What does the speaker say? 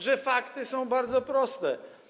że fakty są bardzo proste.